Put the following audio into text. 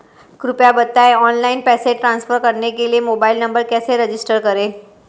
कृपया बताएं ऑनलाइन पैसे ट्रांसफर करने के लिए मोबाइल नंबर कैसे रजिस्टर करें?